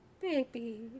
Baby